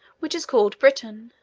which is called britain,